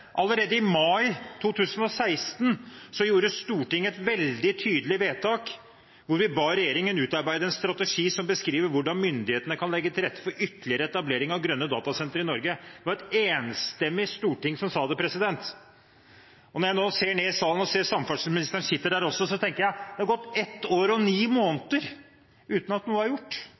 Allerede i mai 2016 gjorde Stortinget et veldig tydelig vedtak hvor vi ba regjeringen utarbeide en strategi som beskriver hvordan myndighetene kan legge til rette for ytterligere etablering av grønne datasentre i Norge. Det var et enstemmig storting som sa det. Når jeg nå ser ned i salen og ser samferdselsministeren sitte der, tenker jeg at det er gått ett år og ni måneder uten at noe er gjort,